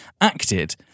acted